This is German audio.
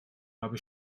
habe